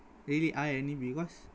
really are any because